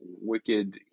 wicked